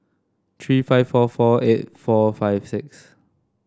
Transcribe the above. three five four four eight four five six